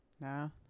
no